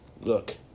look